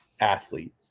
athlete